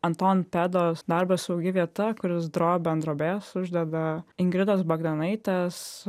anton pedos darbas saugi vieta kuris drobę ant drobės uždeda ingridos bagdonaitės